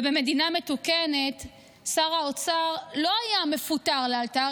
ובמדינה מתוקנת שר האוצר לא היה מפוטר לאלתר